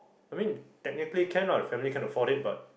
I mean technically can lah the family can afford it but